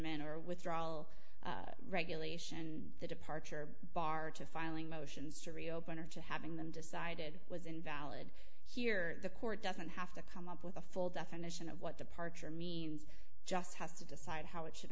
abandonment or withdrawal regulation the departure bar to filing motions to reopen or to having them decided was invalid here the court doesn't have to come up with a full definition of what departure means just has to decide how it should